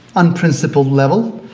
unprincipled level.